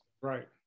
Right